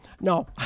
No